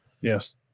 Yes